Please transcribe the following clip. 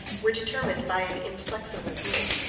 were determined by an inflexible rule,